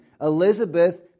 Elizabeth